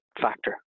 factor